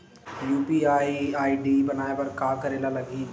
UPI ID बनाये बर का करे ल लगही?